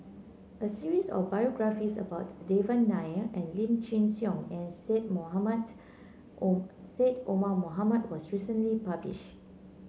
a series of biographies about Devan Nair Lim Chin Siong and Syed Mohamed Omar Syed Omar Mohamed was recently published